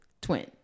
Twin